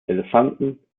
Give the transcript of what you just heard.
elefanten